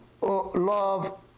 love